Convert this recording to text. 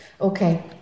Okay